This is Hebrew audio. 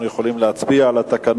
אם כך, אנחנו נצביע על התקנות